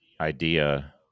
idea